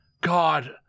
God